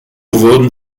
wurden